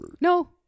No